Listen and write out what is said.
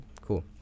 cool